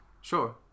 Sure